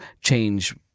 change